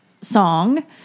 song